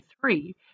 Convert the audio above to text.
three